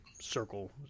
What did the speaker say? circle